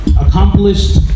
accomplished